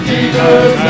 Jesus